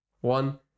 one